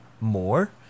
more